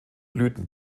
blüten